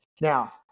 Now